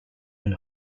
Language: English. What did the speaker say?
and